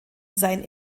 sein